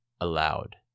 allowed